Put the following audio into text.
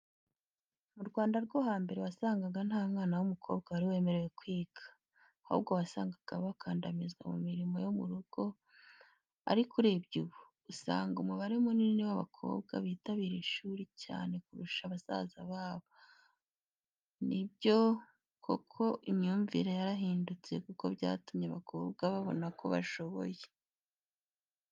Mu Rwanda rwo hambere wasangaga nta mwana w'umukobwa wari wemerewe kwiga, ahubwo wasangaga bakandamirizwa mu mirimo yo mu rugo. Ariko urebye ubu usanga umubare munini w'abakobwa bitabira ishuri cyane kurusha n'abasaza babo. Ni byo koko imyumvire yarahindutse kuko byatumye abakobwa babona ko bashoboye.